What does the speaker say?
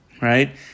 Right